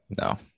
No